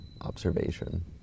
observation